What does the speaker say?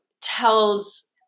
tells